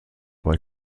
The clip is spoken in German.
bei